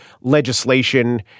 legislation